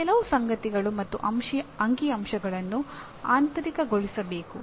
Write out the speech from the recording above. ಈ ಕೆಲವು ಸಂಗತಿಗಳು ಮತ್ತು ಅಂಕಿ ಅಂಶಗಳನ್ನು ಆಂತರಿಕಗೊಳಿಸಬೇಕು